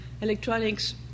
electronics